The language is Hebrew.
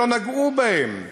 שלא נגעו בהם.